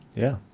yeah,